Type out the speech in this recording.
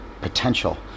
potential